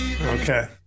Okay